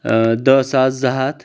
دہ ساس زٕ ہتھ